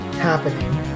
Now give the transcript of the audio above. happening